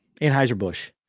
Anheuser-Busch